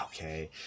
Okay